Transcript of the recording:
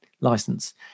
license